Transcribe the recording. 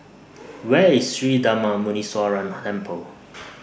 Where IS Sri Darma Muneeswaran Temple